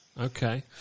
Okay